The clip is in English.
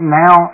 now